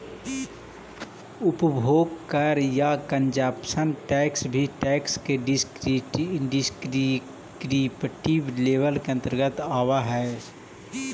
उपभोग कर या कंजप्शन टैक्स भी टैक्स के डिस्क्रिप्टिव लेबल के अंतर्गत आवऽ हई